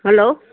hello